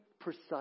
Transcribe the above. precise